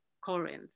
Corinth